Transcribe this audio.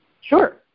Sure